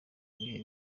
bihe